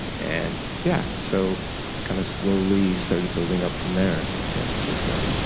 and yeah, so it kind of slowly started building up from there in san francisco.